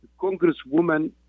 Congresswoman